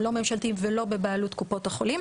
לא ממשלתיים ולא בבעלות קופות החולים.